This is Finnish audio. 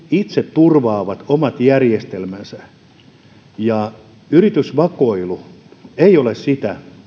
itse turvaavat omat järjestelmänsä yritysvakoilu ei ole sitä